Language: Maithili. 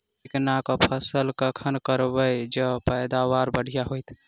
चिकना कऽ फसल कखन गिरैब जँ पैदावार बढ़िया होइत?